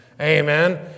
Amen